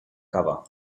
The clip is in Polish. kawa